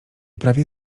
prawie